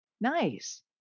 nice